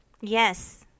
Yes